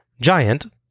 Giant